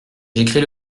j’écris